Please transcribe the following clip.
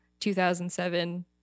2007